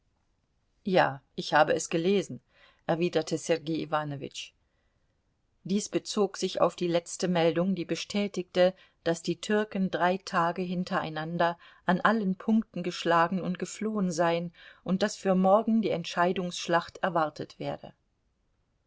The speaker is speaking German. ja ich habe es gelesen erwiderte sergei iwanowitsch dies bezog sich auf die letzte meldung die bestätigte daß die türken drei tage hintereinander an allen punkten geschlagen und geflohen seien und daß für morgen die entscheidungsschlacht erwartet werde